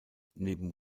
neben